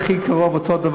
תאפשרו לו.